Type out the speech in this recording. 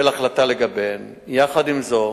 עם זאת,